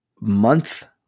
month